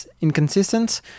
inconsistent